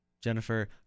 Jennifer